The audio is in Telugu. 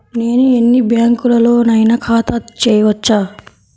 నేను ఎన్ని బ్యాంకులలోనైనా ఖాతా చేయవచ్చా?